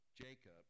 Jacob